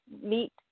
meet